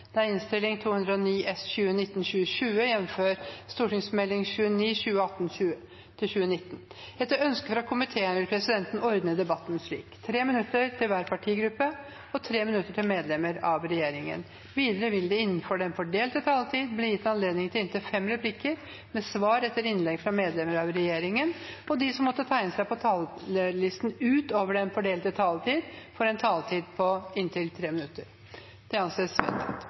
minutter til medlemmer av regjeringen. Videre vil det – innenfor den fordelte taletid – bli gitt anledning til inntil fem replikker med svar etter innlegg fra medlemmer av regjeringen, og de som måtte tegne seg på talerlisten utover den fordelte taletid, får også en taletid på inntil 3 minutter.